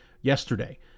yesterday